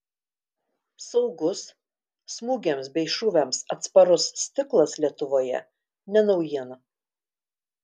saugus smūgiams bei šūviams atsparus stiklas lietuvoje ne naujiena